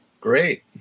Great